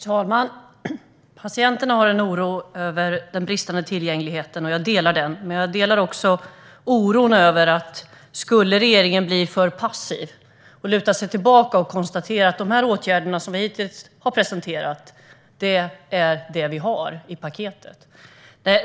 Herr talman! Patienterna har en oro över den bristande tillgängligheten, och jag delar den. Jag delar också oron över att regeringen ska bli för passiv och luta sig tillbaka och konstatera att de åtgärder som de hittills har presenterat är de som de har i paketet.